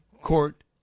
Court